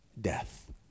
death